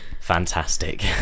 fantastic